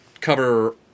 cover